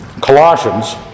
Colossians